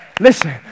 listen